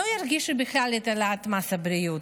לא ירגישו בכלל את העלאת מס הבריאות,